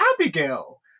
Abigail